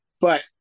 But-